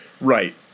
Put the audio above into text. Right